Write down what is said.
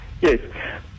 yes